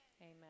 amen